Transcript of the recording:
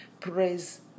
praise